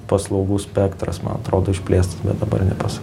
paslaugų spektras man atrodo išplėstas bet dabar nepasakysiu